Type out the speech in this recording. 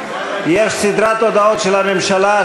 יש סדרת הודעות של הממשלה,